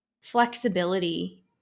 flexibility